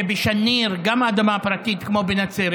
ובשניר, גם אדמה פרטית, כמו בנצרת.